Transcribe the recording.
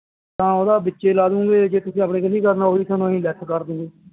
ਤਾਂ ਉਹਦਾ ਵਿੱਚੇ ਲਾਦੂਗੇ ਜੇ ਤੁਸੀਂ ਆਪਣੇ ਕਨੀ ਕਰਨਾ ਉਹ ਵੀ ਅਸੀਂ ਤੁਹਾਨੂੰ ਲੈੱਸ ਕਰਦੂਗੇ